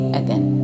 again